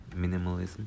minimalism